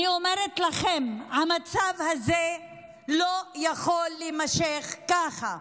אני אומרת לכם, המצב הזה לא יכול להימשך ככה.